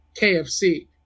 KFC